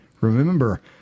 Remember